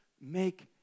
make